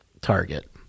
target